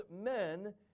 men